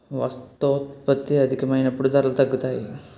వస్తోత్పత్తి అధికమైనప్పుడు ధరలు తగ్గుతాయి